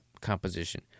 composition